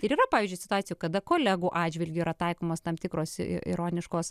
ir yra pavyzdžiui situacijų kada kolegų atžvilgiu yra taikomos tam tikros ironiškos